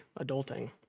adulting